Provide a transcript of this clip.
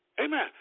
Amen